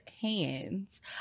hands